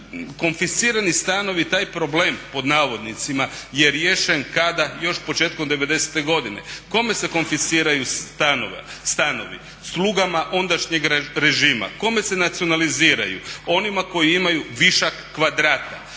Konfiscirani stanovi taj problem, pod navodnicima je riješen kada? Još početkom '90.-te godine. Kome se konfisciraju stanovi? Slugama ondašnjeg režima. Kome se nacionaliziraju? Onima koji imaju višak kvadrata.